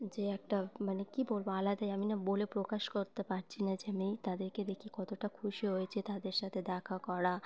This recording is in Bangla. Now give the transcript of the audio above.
যে একটা মানে কী বলবো আলাদাই আমি না বলে প্রকাশ করতে পারছি না যে আমি তাদেরকে দেখি কতটা খুশি হয়েছি তাদের সাথে দেখা করা